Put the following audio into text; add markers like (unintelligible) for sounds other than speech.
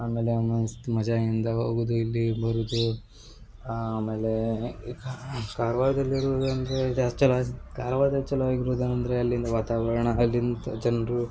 ಆಮೇಲೆ ಮಸ್ತ್ ಮಜಾ ಇಂದ ಹೋಗುದು ಇಲ್ಲಿ ಬರುದು ಆಮೇಲೆ ಈಗ ಕಾರ್ವಾರ್ದಲ್ಲಿ ಇರುವುದು ಅಂದರೆ ಜಾಸ್ತಿ (unintelligible) ಕಾರ್ವಾರ್ದಲ್ಲಿ ಚಲೋ ಇರುವುದು ಅಂದರೆ ಅಲ್ಲಿನ ವಾತಾವರ್ಣ ಅಲ್ಲಿನ ಜನರು